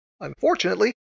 Unfortunately